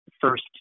first